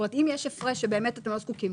זאת אומרת שאם יש הפרש שבאמת אתם לא זקוקים,